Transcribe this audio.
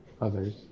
others